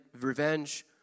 revenge